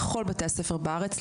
בכל בתי הספר בארץ,